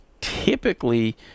typically